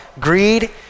greed